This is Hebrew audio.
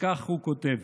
וכך הוא כותב: